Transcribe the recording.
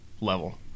level